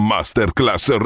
Masterclass